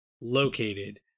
located